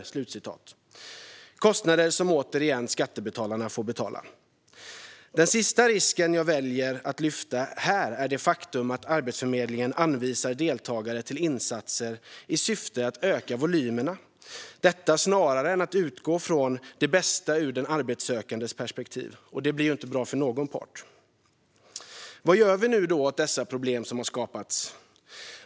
Detta är återigen kostnader som skattebetalarna får betala. Den tredje och sista risken jag väljer att lyfta fram här är det faktum att Arbetsförmedlingen anvisar deltagare till insatser i syfte att öka volymerna. Det gör man snarare än att utgå från det bästa ur den arbetssökandes perspektiv. Det blir inte bra för någon part. Vad gör vi då åt dessa problem som skapats?